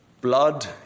blood